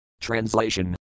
Translation